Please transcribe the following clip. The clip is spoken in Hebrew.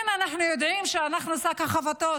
כן, אנחנו יודעים שאנחנו שק החבטות